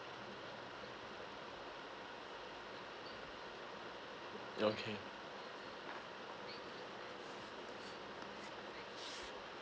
okay